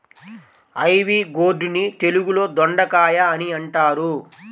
ivy gourd ని తెలుగులో దొండకాయ అని అంటారు